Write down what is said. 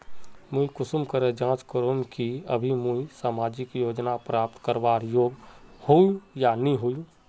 मुई कुंसम करे जाँच करूम की अभी मुई सामाजिक योजना प्राप्त करवार योग्य होई या नी होई?